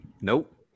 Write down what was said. Nope